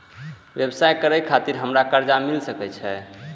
व्यवसाय करे खातिर हमरा कर्जा मिल सके छे?